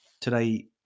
today